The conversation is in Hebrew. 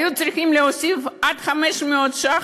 היו צריכים להוסיף עד 500 ש"ח.